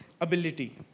ability